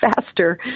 faster